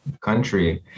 country